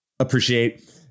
appreciate